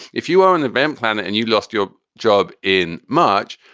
if you are an event planner and you lost your job in march,